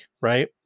right